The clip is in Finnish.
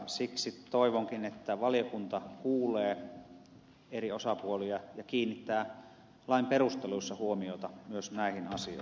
siksi toivonkin että valiokunta kuulee eri osapuolia ja kiinnittää lain perusteluissa huomiota myös näihin asioihin